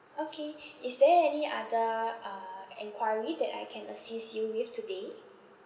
okay is there any other uh enquiry that I can assist you with today